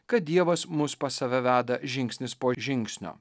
kad dievas mus pas save veda žingsnis po žingsnio